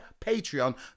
Patreon